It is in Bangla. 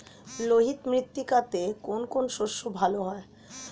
লোহিত মৃত্তিকাতে কোন কোন শস্য ভালো হয়?